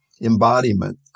embodiment